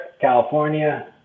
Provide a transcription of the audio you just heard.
California